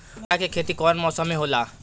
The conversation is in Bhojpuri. बाजरा के खेती कवना मौसम मे होला?